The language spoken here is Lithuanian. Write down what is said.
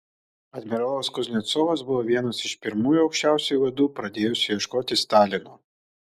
admirolas kuznecovas buvo vienas iš pirmųjų aukščiausiųjų vadų pradėjusių ieškoti stalino